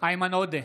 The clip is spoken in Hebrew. איימן עודה,